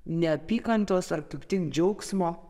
neapykantos ar kaip tik džiaugsmo